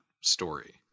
story